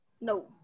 No